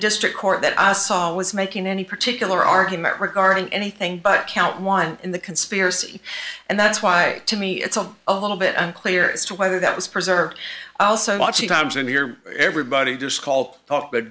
district court that i saw was making any particular argument regarding anything but count one in the conspiracy and that's why to me it's a little bit unclear as to whether that was preserved also watching times in your everybody do scoll the